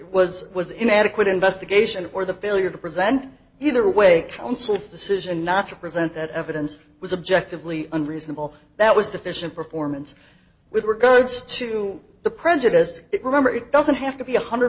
was was inadequate investigation or the failure to present either way council's decision not to present that evidence was objective lee and reasonable that was deficient performance with regards to the prejudice remember it doesn't have to be a one hundred